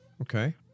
Okay